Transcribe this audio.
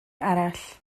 arall